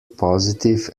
positive